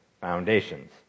foundations